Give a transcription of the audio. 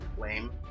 lame